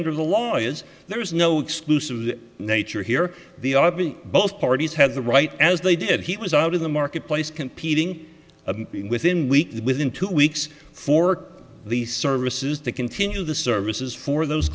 under the law is there is no exclusive nature here the r v both parties had the right as they did he was out in the marketplace competing within weeks within two weeks for the services to continue the services for those